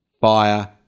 fire